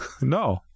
No